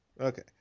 Okay